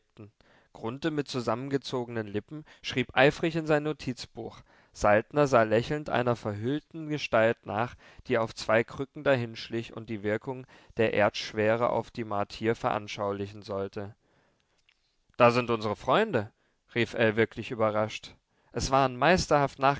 mit zusammengezogenen lippen schrieb eifrig in sein notizbuch saltner sah lächelnd einer verhüllten gestalt nach die auf zwei krücken dahinschlich und die wirkung der erdschwere auf die martier veranschaulichen sollte da sind unsre freunde rief ell wirklich überrascht es waren